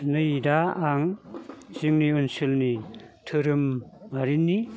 नै दा आं जोंनि ओनसोलनि धोरोमारिनि